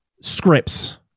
scripts